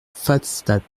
pfastatt